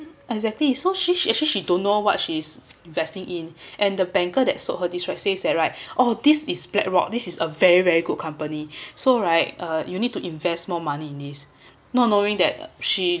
exactly so she she actually she don't know what she's investing in and the banker that sold her this says that right oh this is black rock this is a very very good company so right uh you need to invest more money in this not knowing that she